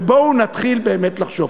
ובואו נתחיל באמת לחשוב.